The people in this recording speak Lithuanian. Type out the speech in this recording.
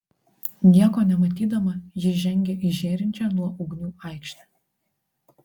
nieko nematydama ji žengė į žėrinčią nuo ugnių aikštę